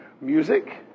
music